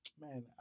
man